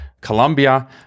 colombia